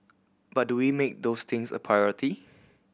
but do we make those things a priority